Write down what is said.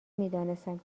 میدانستم